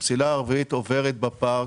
המסילה הרביעית עוברת בפארק,